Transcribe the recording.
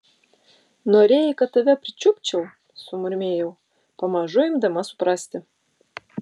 norėjai kad tave pričiupčiau sumurmėjau pamažu imdama suprasti